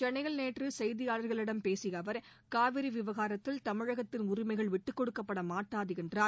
சென்னையில் நேற்று செய்தியாளர்களிடம் பேசிய அவர் காவிரி விவகாரத்தில் தமிழகத்தின் உரிமைகள் விட்டுக்கொடுக்கப்படமாட்டாது என்றார்